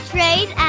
Trade